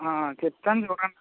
చెప్తాను చూడండి